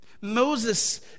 Moses